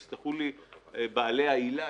יסלחו לי בעלי העילה.